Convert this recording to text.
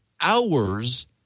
hours